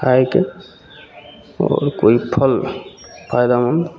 खाके आओर कोइ फल फायदामन्द